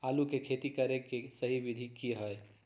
आलू के खेती करें के सही विधि की हय?